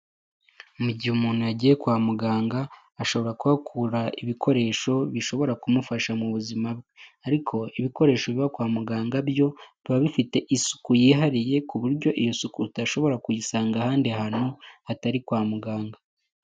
Mu giye umuntu yagiye kwa muganga ashobora kuhakura ibikoresho bishobora kumufasha mu buzima bwe; ariko ibikoresho biba kwa muganga byo biba bifite isuku yihariye kuburyo iyo suku udashobora kuyisanga ahandi hatari kwa muganga.